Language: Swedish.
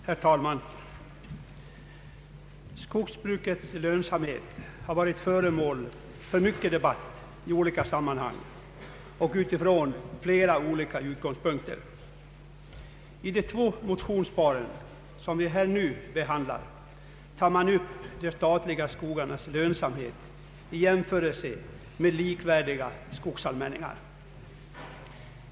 Herr talman! Skogsbrukets lönsamhet har varit föremål för mycken debatt i olika sammanhang och utifrån flera olika utgångspunkter. I de två motionspar som vi nu behandlar tar man upp de statliga skogarnas lönsamhet i jämförelse med likvärdiga skogsallmänningar.